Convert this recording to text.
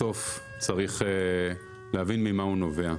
בסוף צריך להבין ממה הוא נובע.